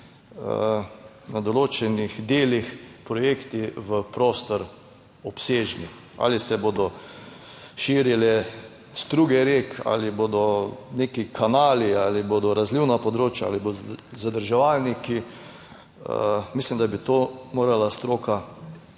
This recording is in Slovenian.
na določenih delih projekti v prostor obsežni. Ali se bodo širile struge rek ali bodo neki kanali ali bodo razlivna področja ali bodo zadrževalniki, mislim, da bi to morala stroka